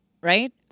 right